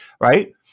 Right